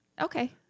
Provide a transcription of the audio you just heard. Okay